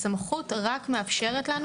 הסמכות רק מאפשרת לנו,